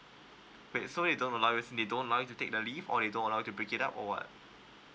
wait so they don't allow you they don't allow you to take the leave or they don't allow you to break it up or what